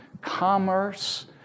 commerce